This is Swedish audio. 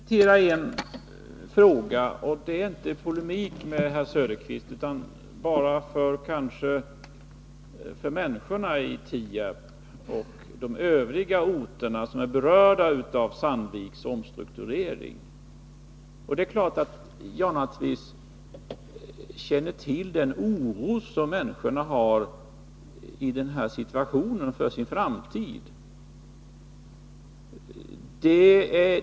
Fru talman! Jag känner behov av att kommentera en fråga. Jag gör det inte i polemik med herr Söderqvist, utan för människorna i Tierp och övriga orter som är berörda av Sandviks omstrukturering. Det är klart att jag känner till den oro som människorna i denna situation hyser inför sin framtid.